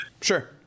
Sure